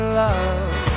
love